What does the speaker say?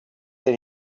that